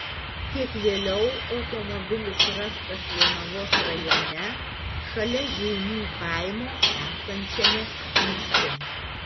kiek vėliau automobilis rastas jonavos rajone šalia žeimių kaimo esančiame miške